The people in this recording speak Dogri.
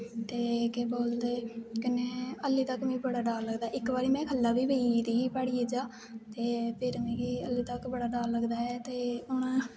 ते केह् बोलदे कन्नै हल्ले तक्कर में बड़ा डर लगदा इक बारी में थल्लै बी पेई गेदी ही प्हाड़िये चा ते फिर मिगी हल्ले तक्कर मिगी बड़ा डर लगदा ऐ ते हून